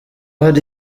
hari